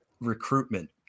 recruitment